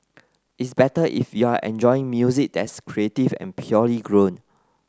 it's better if you're enjoying music that's creative and purely grown